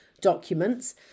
documents